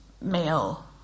male